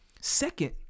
second